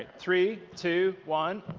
three, two, one,